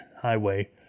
highway